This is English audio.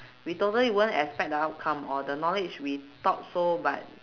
we totally won't expect the outcome or the knowledge we thought so but